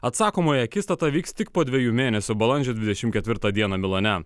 atsakomoji akistata vyks tik po dvejų mėnesių balandžio dvidešimt ketvirtą dieną milane